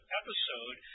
episode